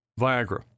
Viagra